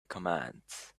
commands